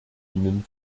ihnen